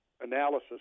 analysis